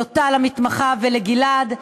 יוטל המתמחה וגלעד,